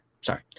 sorry